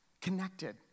connected